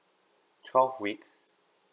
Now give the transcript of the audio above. twelve weeks